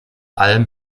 alm